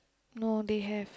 no they have